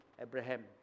Abraham